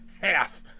half